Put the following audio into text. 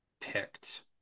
picked